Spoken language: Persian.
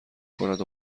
کند